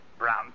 Brown